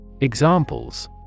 Examples